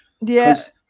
yes